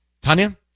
Tanya